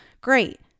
Great